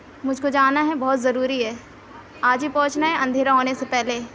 مجھ کو جانا ہے بہت ضروری ہے آج ہی پہنچنا ہے اندھیرا ہونے سے پہلے